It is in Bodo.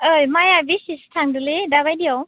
ओइ माइया बेसेसो थांदोंलै दाबायदियाव